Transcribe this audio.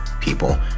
people